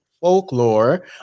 folklore